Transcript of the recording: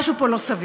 משהו פה לא סביר.